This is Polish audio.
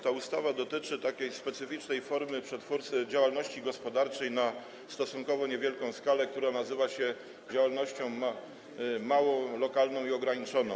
Ta ustawa dotyczy specyficznej formy działalności gospodarczej na stosunkowo niewielką skalę, która nazywa się działalnością małą, lokalną i ograniczoną.